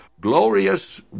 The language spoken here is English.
glorious